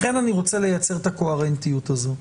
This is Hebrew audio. לכן אני רוצה לייצר את הקוהרנטיות הזאת.